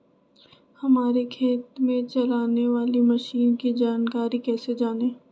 हमारे खेत में चलाने वाली मशीन की जानकारी कैसे जाने?